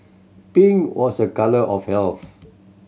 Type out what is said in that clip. pink was a colour of health